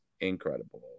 incredible